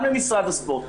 גם למשרד הספורט,